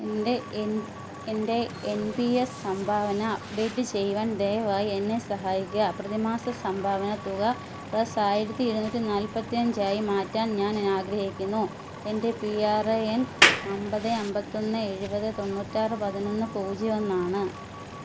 എൻ്റെ എൻ്റെ N P S സംഭാവന അപ്ഡേറ്റ് ചെയ്യുവാൻ ദയവായി എന്നെ സഹായിക്കുക പ്രതിമാസ സംഭാവനത്തുക റെസ് ആയിരത്തി ഇരുന്നൂറ്റി നാൽപത്തിയഞ്ചായി മാറ്റാൻ ഞാൻ ആഗ്രഹിക്കുന്നു എൻ്റെ പി ആർ എ എൻ അൻപത് അൻപത്തിയൊന്ന് എഴുപത് തൊണ്ണൂറ്റാറ് പതിനൊന്ന് പൂജ്യം എന്നാണ്